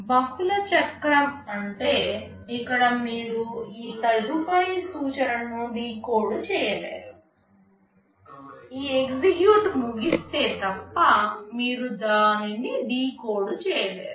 బహుళ చక్రం అంటే ఇక్కడ మీరు ఈ తదుపరి సూచనను డీకోడ్ చేయలేరు ఈ ఎగ్జిక్యూట్ ముగిస్తే తప్ప మీరు దానిని డీకోడ్ చేయలేరు